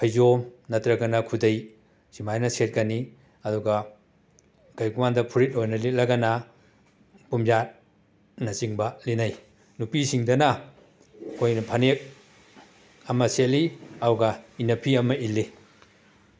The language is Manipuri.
ꯐꯩꯖꯣꯝ ꯅꯠꯇ꯭ꯔꯒꯅ ꯈꯨꯗꯩ ꯁꯨꯃꯥꯏꯅ ꯁꯦꯠꯀꯅꯤ ꯑꯗꯨꯒ ꯀꯩꯒꯨꯝꯀꯥꯟꯗ ꯐꯨꯔꯤꯠ ꯑꯣꯏꯅ ꯂꯤꯠꯂꯒꯅ ꯄꯨꯝꯌꯥꯠꯅꯆꯤꯡꯕ ꯂꯤꯠꯅꯩ ꯅꯨꯄꯤꯁꯤꯡꯗꯅ ꯑꯩꯈꯣꯏꯅ ꯐꯅꯦꯛ ꯑꯃ ꯁꯦꯠꯂꯤ ꯑꯗꯨꯒ ꯏꯟꯅꯐꯤ ꯑꯃ ꯏꯜꯂꯤ